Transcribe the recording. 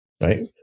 right